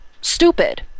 stupid